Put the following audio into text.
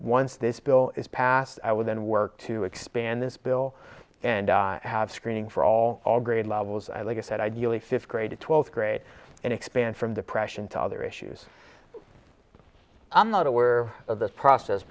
once this bill is passed i will then work to expand this bill and have screening for all all grade levels i like i said ideally fifth grade to twelfth grade and expand from depression to other issues i'm not aware of the process